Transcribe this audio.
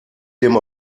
dem